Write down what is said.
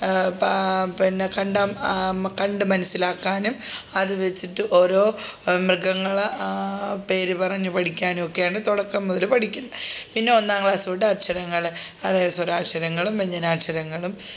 പാ പിന്നെ കണ്ടം മ കണ്ടു മനസ്സിലാക്കാനും അതു വെച്ചിട്ട് ഓരോ മൃഗങ്ങളുടെ പേരു പറഞ്ഞ് പഠിക്കാനും ഒക്കെയാണ് തുടക്കം മുതൽ പഠിക്കുന്ന പിന്നെ ഒന്നാം ക്ലാസ്സു തൊട്ട് അക്ഷരങ്ങൾ അതായത് സ്വരാക്ഷരങ്ങളും വ്യഞ്ചനാക്ഷരങ്ങളും